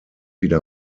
wieder